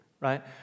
right